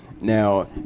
Now